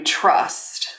trust